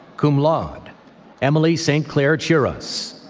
cum laude emily st clair chiras,